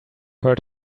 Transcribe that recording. heard